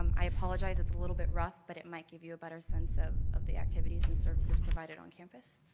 um i apologize, it's a little bit rough but it might give you a better sense of of the activities and services provided on campus.